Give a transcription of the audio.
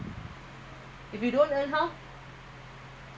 mm